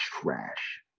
trash